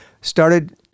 started